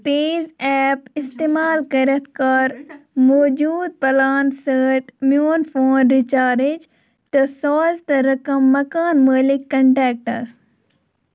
Ps app استعمال کٔرِتھ کَر موجوٗد پٕلان سۭتۍ میون فون ریچارٕج تہٕ سوز تہٕ رقم مکان مٲلِک کنٹیکٹَس